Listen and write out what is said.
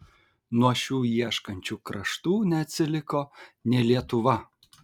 nuo šių ieškančių kraštų neatsiliko nė lietuva